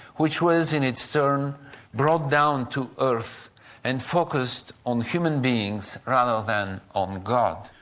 which was in its turn brought down to earth and focused on human beings rather than on god.